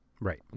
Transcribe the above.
Right